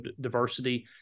diversity